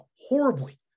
horribly